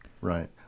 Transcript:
right